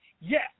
Yes